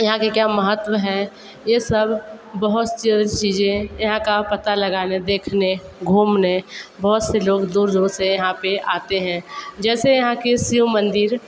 यहाँ के क्या महत्व हैं ये सब बहुत चीज़ें यहाँ का पता लगाने देखने घूमने बहुत से लोग दूर दूर से यहाँ पे आते हैं जैसे यहाँ के शिव मंदिर